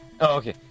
okay